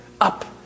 up